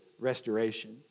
restoration